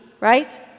right